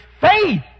faith